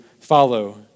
follow